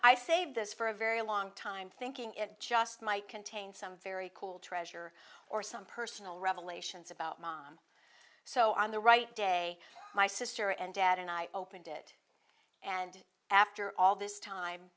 i saved this for a very long time thinking it just might contain some very cool treasure or some personal revelations about mom so on the right day my sister and dad and i opened it and after all this time